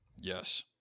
Yes